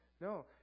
No